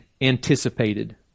anticipated